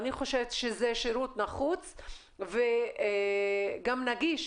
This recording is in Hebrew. אני חושבת שזה שירות נחוץ וגם נגיש.